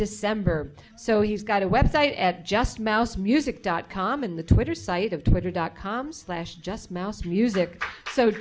december so he's got a website at just mouse music dot com in the twitter site of twitter dot com slash just mouse music so